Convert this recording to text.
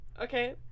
Okay